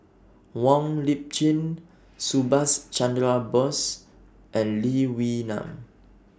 Wong Lip Chin Subhas Chandra Bose and Lee Wee Nam